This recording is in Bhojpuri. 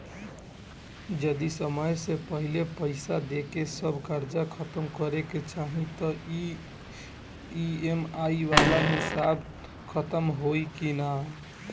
जदी समय से पहिले पईसा देके सब कर्जा खतम करे के चाही त ई.एम.आई वाला हिसाब खतम होइकी ना?